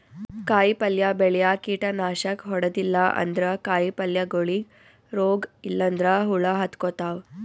ಕಾಯಿಪಲ್ಯ ಬೆಳ್ಯಾಗ್ ಕೀಟನಾಶಕ್ ಹೊಡದಿಲ್ಲ ಅಂದ್ರ ಕಾಯಿಪಲ್ಯಗೋಳಿಗ್ ರೋಗ್ ಇಲ್ಲಂದ್ರ ಹುಳ ಹತ್ಕೊತಾವ್